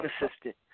assistant